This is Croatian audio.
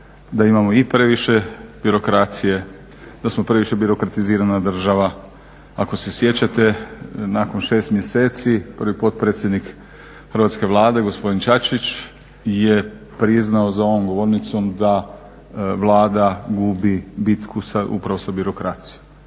da imamo i previše birokracije, da smo previše birokratizirana država. Ako se sjećate nakon 6 mjeseci, prvi potpredsjednik Hrvatske Vlade, gospodin Čačić je priznao za ovom govornicom da Vlada gubi bitku upravo sa birokracijom.